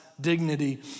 dignity